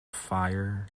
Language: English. fire